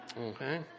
Okay